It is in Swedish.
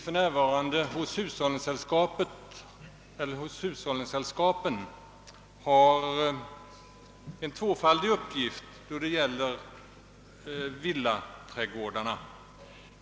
För närvarande har hushållningssällskapen en tvåfaldig uppgift då det gäller villaträdgårdarna.